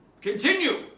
Continue